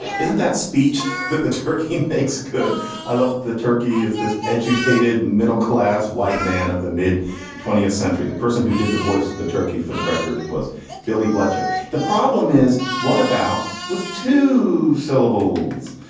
isn't that speech that the turkey fakes could i love the turkey is this educated, middle class white man of the mid twentieth century? the person who did the voice of the turkey, for the record was billy blechacz the problem is, what about with two syllables?